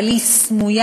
אבל היא סמויה,